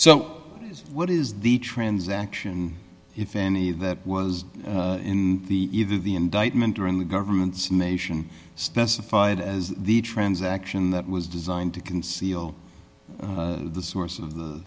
so what is the transaction if any that was in the either the indictment or in the government's summation specified as the transaction that was designed to conceal the source of the